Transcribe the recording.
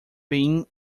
being